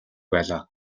байлаа